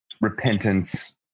repentance